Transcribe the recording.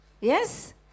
Yes